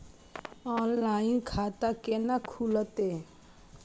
Online खाता केना खुलते?